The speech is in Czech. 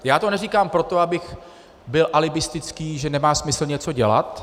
Já to neříkám proto, abych byl alibistický, že nemá smysl něco dělat.